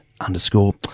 underscore